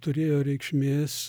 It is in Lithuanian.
turėjo reikšmės